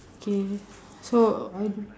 K so